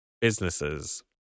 businesses